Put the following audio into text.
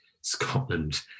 Scotland